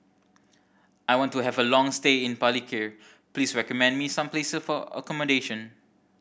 I want to have a long stay in Palikir please recommend me some place for accommodation